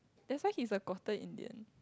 that's why he's a quarter Indian